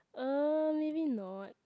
uh maybe not